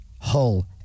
Hull